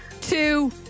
two